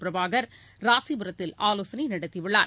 பிரபாகர் ராசிபுரத்தில் ஆலோசனை நடத்தியுள்ளார்